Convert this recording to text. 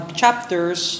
chapters